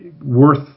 worth